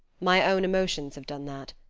my own emotions have done that.